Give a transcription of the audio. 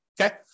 Okay